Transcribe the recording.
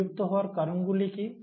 বিলুপ্ত হওয়ার কারণগুলি কী